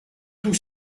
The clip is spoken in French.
tout